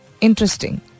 Interesting